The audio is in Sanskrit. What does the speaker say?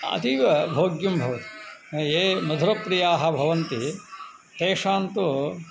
अतीव भोग्यं भवति ये मधुरप्रियाः भवन्ति तेषान्तु